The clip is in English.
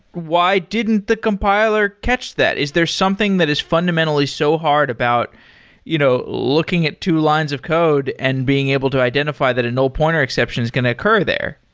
why didn't the compiler catch that? is there something that is fundamentally so hard about you know looking at two lines of code and being able to identify that a no pointer exception is going to occur there?